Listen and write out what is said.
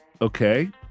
Okay